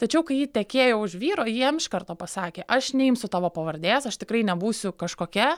tačiau kai ji tekėjo už vyro ji jam iš karto pasakė aš neimsiu tavo pavardės aš tikrai nebūsiu kažkokia